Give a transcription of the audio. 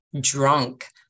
drunk